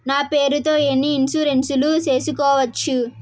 నా పేరుతో ఎన్ని ఇన్సూరెన్సులు సేసుకోవచ్చు?